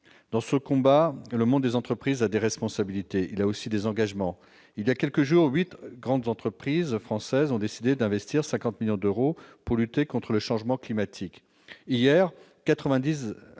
Dans ce combat, le monde des entreprises a des responsabilités ; il a aussi des engagements. Voilà quelques jours, huit grandes entreprises françaises ont décidé d'investir 50 millions d'euros pour lutter contre le changement climatique. Hier,